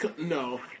no